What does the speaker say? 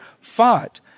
fought